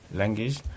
language